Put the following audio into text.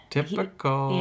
Typical